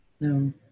No